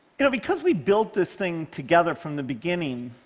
you know because we built this thing together from the beginning,